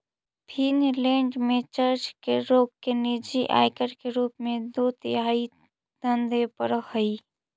Finland में church के लोग के निजी आयकर के रूप में दो तिहाई धन देवे पड़ऽ हई